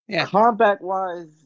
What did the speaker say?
Combat-wise